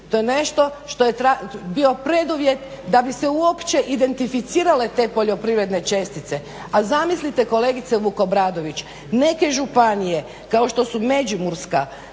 to je nešto što je bilo preduvjet da bi se uopće identificirale te poljoprivredne čestice. A zamislite kolegice Vukobratović, neke županije kao što su Međimurska,